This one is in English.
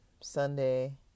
Sunday